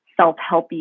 self-helpy